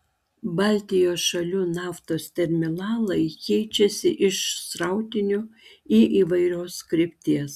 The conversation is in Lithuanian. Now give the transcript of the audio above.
baltijos šalių naftos terminalai keičiasi iš srautinių į įvairios krypties